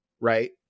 right